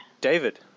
David